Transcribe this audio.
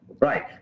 Right